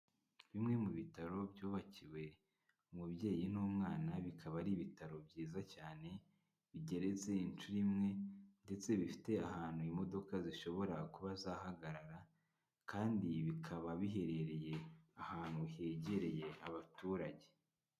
Bimwe mu bitaro byubakiwe umubyeyi n'umwana, bikaba ari ibitaro byiza cyane, bigeretse inshuro imwe ndetse bifite ahantu imodoka zishobora kuba zahagarara, kandi bikaba biherereye ahantu hegereye abaturage.